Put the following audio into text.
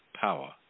power